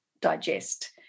digest